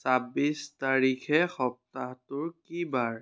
ছাব্বিছ তাৰিখে সপ্তাহটোৰ কি বাৰ